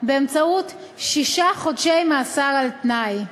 באמצעות שישה חודשי מאסר על-תנאי,